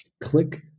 click